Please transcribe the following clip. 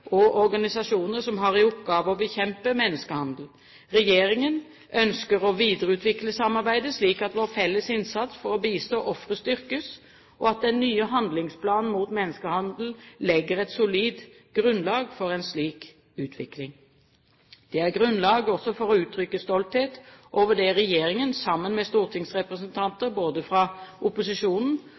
og organisasjoner som har i oppgave å bekjempe menneskehandel. Regjeringen ønsker å videreutvikle samarbeidet, slik at vår felles innsats for å bistå ofre styrkes, og den nye handlingsplanen mot menneskehandel legger et solid grunnlag for en slik utvikling. Det er også grunnlag for å uttrykke stolthet over det regjeringen, sammen med stortingsrepresentanter fra både opposisjonen